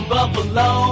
Buffalo